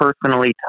personally